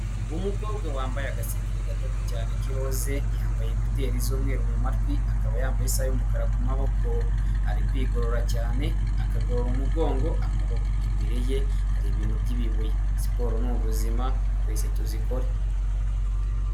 Umukobwa wambaye agasengeri gato cyane k'iroze, yambaye ekuteri z'umweru mu matwi, akaba yambaye isaha y'umukara ku maboko, ari kwigorora cyane, akagorora umugongo, amaboko, imbere ye hari ibintu by'ibibuye, siporo ni ubuzima twese tuzikore.